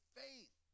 faith